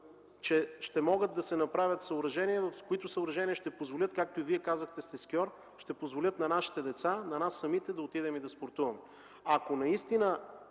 че ще могат да се направят съоръжения, които съоръжения ще позволят, както и Вие казахте, че сте скиор, на нашите деца, на нас самите да отидем и да спортуваме. Ако наистина